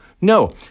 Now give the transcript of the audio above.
no